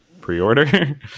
pre-order